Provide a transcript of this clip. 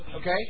Okay